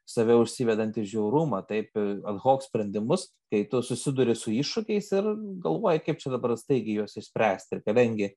save užsivedantį žiaurumą taip ad hoc sprendimus kai tu susiduri su iššūkiais ir galvoji kaip čia paprastai gi juos išspręst ir kadangi